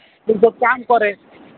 ତୁ ତ ତ କାମ କରେ